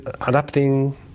adapting